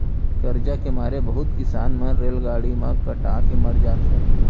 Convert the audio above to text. करजा के मारे बहुत किसान मन रेलगाड़ी म कटा के मर जाथें